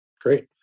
Great